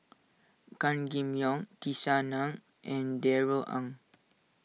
Gan Kim Yong Tisa Ng and Darrell Ang